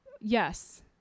Yes